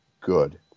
good